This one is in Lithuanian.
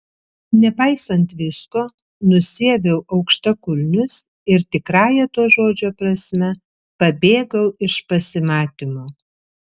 nepaisant visko nusiaviau aukštakulnius ir tikrąja to žodžio prasme pabėgau iš pasimatymo